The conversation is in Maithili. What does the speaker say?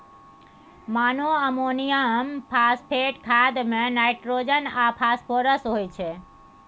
मोनोअमोनियम फास्फेट खाद मे नाइट्रोजन आ फास्फोरस होइ छै